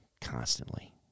constantly